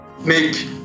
Make